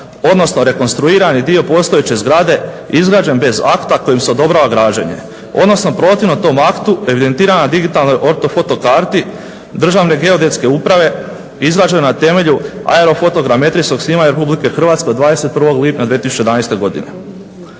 odnosno rekonstruirani dio postojeće zgrade izgrađen bez akta kojim se odobrava građenje, odnosno protivno tom aktu evidentirana digitalna ortofoto karti Državne geodetske uprave izgrađena na temelju aerofoto geometrijskog snimanja RH od 21. lipnja 2011. godine.